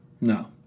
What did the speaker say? No